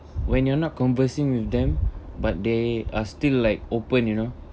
when you're not conversing with them but they are still like open you know